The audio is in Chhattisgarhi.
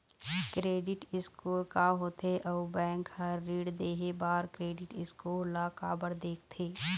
क्रेडिट स्कोर का होथे अउ बैंक हर ऋण देहे बार क्रेडिट स्कोर ला काबर देखते?